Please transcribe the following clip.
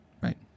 Right